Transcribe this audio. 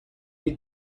you